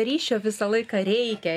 ryšio visą laiką reikia